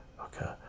okay